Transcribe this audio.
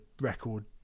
record